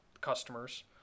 customers